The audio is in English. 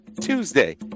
Tuesday